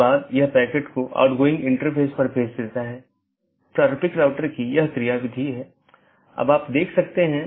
और यह मूल रूप से इन पथ विशेषताओं को लेता है